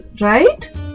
right